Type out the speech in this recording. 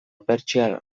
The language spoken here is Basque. pertsiar